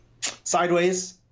Sideways